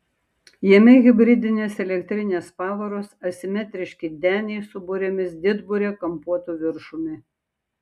jame hibridinės elektrinės pavaros asimetriški deniai su burėmis didburė kampuotu viršumi